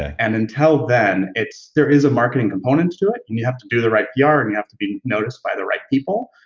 and until then, there is a marketing component to to it, and you have to do the right yeah pr and you have to be noticed by the right people,